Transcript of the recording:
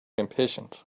impatient